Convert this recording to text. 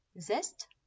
zest